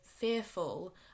fearful